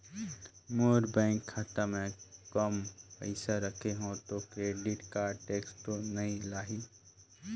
मोर bank खाता मे काम पइसा रखे हो तो क्रेडिट कारड टेक्स तो नइ लाही???